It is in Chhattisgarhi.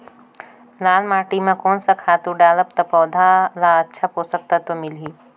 लाल माटी मां कोन सा खातु डालब ता पौध ला अच्छा पोषक तत्व मिलही?